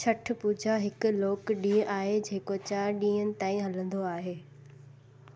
छठ पूजा॒ हिकु लोक ॾींहु आहे जेको चारि डीं॒हनि ताईं हलंदो आहे